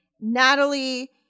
Natalie